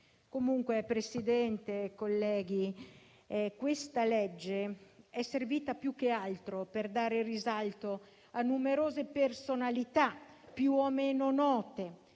Comunque, Presidente e colleghi, questo provvedimento è servito più che altro per dare risalto a numerose personalità, più o meno note,